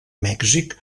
mèxic